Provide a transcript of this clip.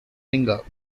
single